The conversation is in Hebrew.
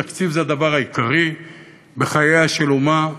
תקציב זה הדבר העיקרי בחייה של אומה.